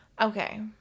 Okay